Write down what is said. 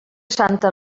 santa